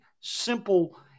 simple